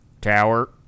Tower